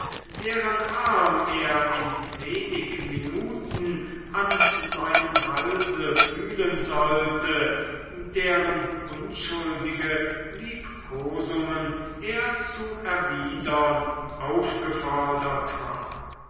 deren arm er in wenig minuten an seinem halse fühlen sollte deren unschuldige liebkosungen er zu erwidern aufgefordert war